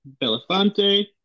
Belafonte